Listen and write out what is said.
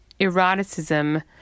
eroticism